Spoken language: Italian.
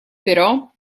però